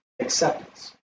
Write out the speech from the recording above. Acceptance